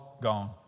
gone